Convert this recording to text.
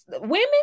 women